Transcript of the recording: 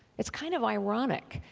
it's kind of ironic.